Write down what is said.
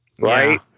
right